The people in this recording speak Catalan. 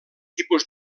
tipus